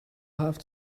have